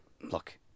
look